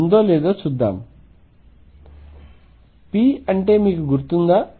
p అంటే మీకు గుర్తుందా